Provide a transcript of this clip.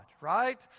right